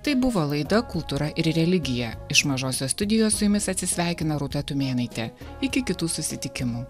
tai buvo laida kultūra ir religija iš mažosios studijos su jumis atsisveikina rūta tumėnaitė iki kitų susitikimų